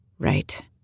Right